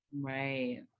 Right